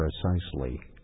precisely